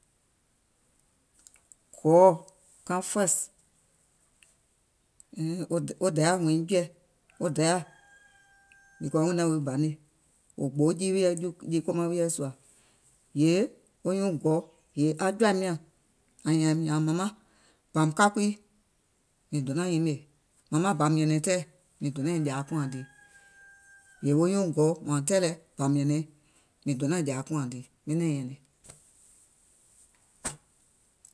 God first, hìim, wo Dayȧ wuŋ jɛɛ̀, wo Dayà, because wuŋ naŋ wi banè, wò gboo jii wiɛ̀, jii komaŋ wiɛ̀ sùà, yèè wo nyuùŋ gɔu, yèè aŋ jɔ̀àim nyȧŋ, àŋ nyààm nyàȧŋ mȧmaŋ ɓɔ̀ùm ka kui, mìŋ donȧŋ nyimèè, màmaŋ ɓɔ̀ùm nyɛ̀nɛ̀ŋ tɛɛ̀, mìŋ donàiŋ jàà kùàŋ dìì, yèè wo nyuùŋ gɔu wȧȧŋ tɛɛ̀ lɛ, ɓɔ̀ùm nyɛ̀nɛ̀iŋ, mìŋ donȧŋ jàȧ kùàŋ dìì, miŋ naìŋ nyɛ̀nɛ̀ŋ.